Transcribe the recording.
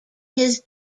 his